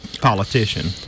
politician